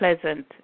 pleasant